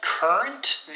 Current